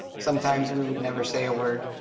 sometimes we would never say a word,